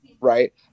right